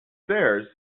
stairs